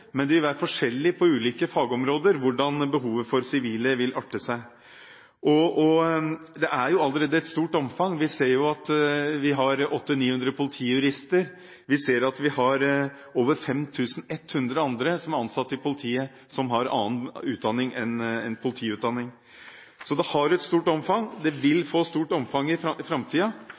men det vil være forskjellig på ulike fagområder hvordan behovet for sivile vil arte seg. Det er allerede et stort omfang. Vi har allerede 800–900 politijurister, og vi har over 5 100 andre ansatte i politiet som har annen utdanning enn politiutdanning. Så det har et stort omfang, og det vil få et stort omfang i